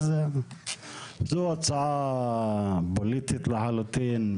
זו הצעה פוליטית לחלוטין,